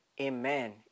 Amen